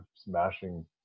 smashing